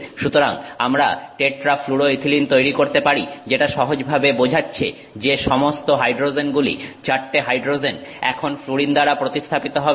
সুতরাং আমরা টেট্রাফ্লুরোইথিলিন তৈরি করতে পারি যেটা সহজভাবে বোঝাচ্ছে যে সমস্ত হাইড্রোজেনগুলি চারটে হাইড্রোজেন এখন ফ্লুরিন দ্বারা প্রতিস্থাপিত হবে